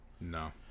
No